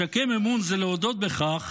לשקם אמון זה להודות בכך